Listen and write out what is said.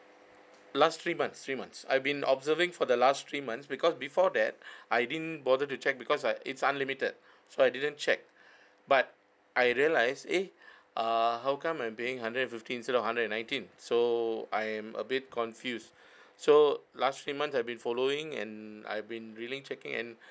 last three months three months I've been observing for the last three months because before that I didn't bother to check because I it's unlimited so I didn't check but I realise eh err how come I'm paying hundred and fifty instead of hundred and nineteen so I am a bit confused so last few month I've been following and I've been really checking and